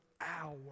hour